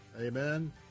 Amen